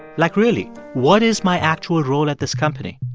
like, really, what is my actual role at this company?